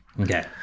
Okay